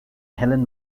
helen